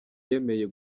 yemeye